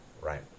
right